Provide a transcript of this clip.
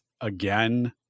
again